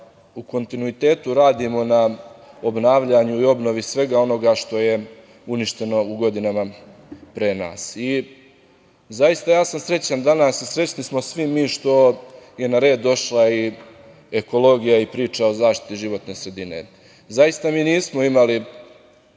u kontinuitetu radimo na obnavljanju i obnovi svega onoga što je uništeno u godinama pre nas. Zaista, ja sam srećan danas i srećni smo svi mi što je na red došla i ekologija i priča o zaštiti životne sredine. Zaista mi nismo imali